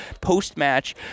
post-match